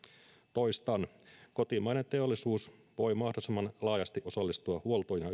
toistan kotimainen teollisuus voi mahdollisimman laajasti osallistua huoltoon ja